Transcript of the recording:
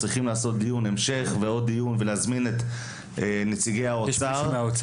צריך לעשות דיון המשך ועוד דיון ולהזמין את נציגי האוצר,